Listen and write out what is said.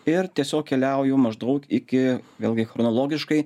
ir tiesiog keliauju maždaug iki vėlgi chronologiškai